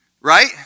Right